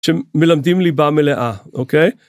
שמלמדים ליבה מלאה, אוקיי?